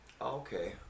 Okay